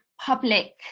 public